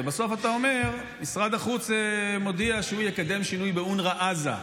ובסוף אתה אומר: משרד החוץ מודיע שהוא יקדם שינוי באונר"א עזה.